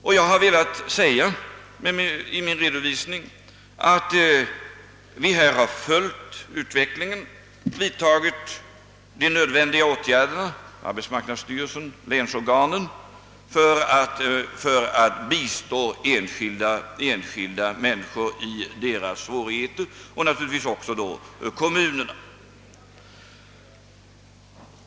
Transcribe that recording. Och jag har velat säga i min redovisning att vi har följt utvecklingen och vidtagit de nödvändiga åtgärderna — det gäller arbetsmarknadsstyrelsen och det gäller länsorganen — för att bistå enskilda människor i deras svårigheter och naturligtvis även bistå kommunerna.